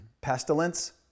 pestilence